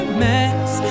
mess